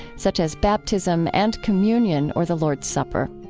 such as baptism and communion or the lord's supper.